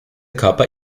körper